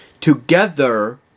together